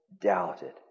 doubted